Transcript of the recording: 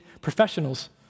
professionals